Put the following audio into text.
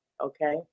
okay